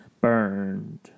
Burned